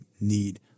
need